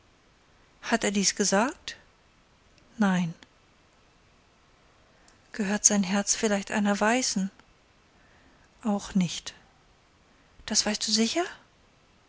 hat er dies gesagt nein gehört sein herz vielleicht einer weißen auch nicht das weißt du sicher